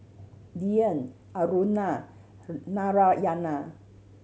Dhyan Aruna and Narayana